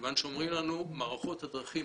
כיוון שאומרים לנו שמערכות הדרכים,